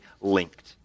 linked